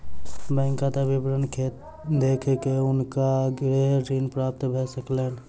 bank खाता विवरण देख के हुनका गृह ऋण प्राप्त भ सकलैन